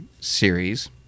series